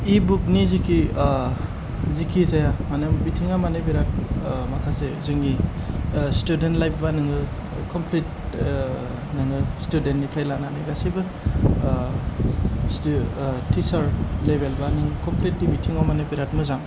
E बुकनि जेखि जेखिजाया मानो बिथिङा मानो बिराद माखासे जोंनि स्तुदेन्त लाइफ बा नोङो कमप्लिट नोङो स्टुदेन्तनिफ्राय लानानै नों गासिबो टिचार लेभेलफ्रा नोङो कमप्लिट्लि बिथिंआव माने बिराद मोजां